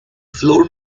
floor